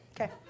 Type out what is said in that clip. Okay